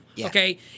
Okay